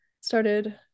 started